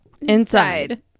Inside